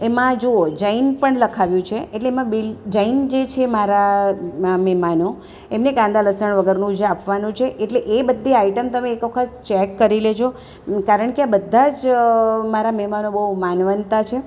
એમાં જોવો જૈન પણ લખાવ્યું છે એટલે એમાં બિલ જૈન જે છે મારા નામે મહેમાનો એમને કાંદા લસણ વગરનું જે આપવાનું છે એટલે એ બધી આઈટમ તમે એક વખત ચેક કરી લેજો કારણ કે આ બધા જ મારા મહેમાનો બહુ માનવંતા છે